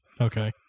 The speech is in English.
Okay